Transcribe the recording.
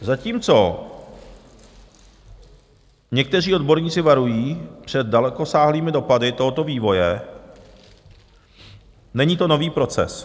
Zatímco někteří odborníci varují před dalekosáhlými dopady tohoto vývoje, není to nový proces.